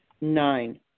Nine